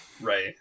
Right